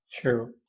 True